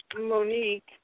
Monique